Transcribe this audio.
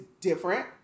different